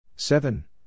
Seven